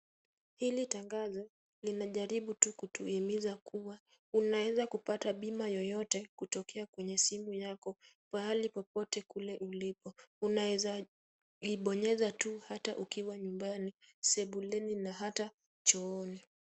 Hili tangazo linajaribu kutuhimiza tu kuwa unaweza kupata bima yoyote kutokea kwenye simu yako pahali popote kule uliko. Unaweza ibonyeza tu ukiwa nyumbani, sebuleni na hata chooni.